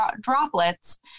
droplets